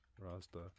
rasta